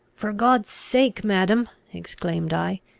for god's sake, madam, exclaimed i,